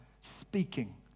speaking